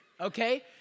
okay